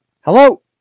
Hello